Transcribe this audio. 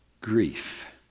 grief